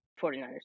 49ers